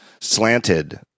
slanted